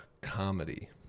comedy